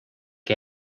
que